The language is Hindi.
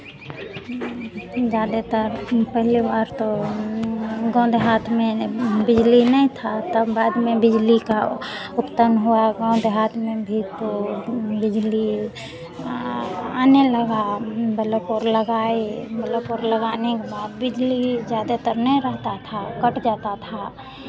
ज़्यादेतर पहिले बार तो गाँव देहात में ना बिजली नहीं था तब बाद में बिजली का ओ उत्पन्न हुआ गाँव देहात में भी तो बिजली आने लगा बलफ ओर लगाए बलफ और लगाने के बाद बिजली ज़्यादातर नहीं रहता था कट जाता था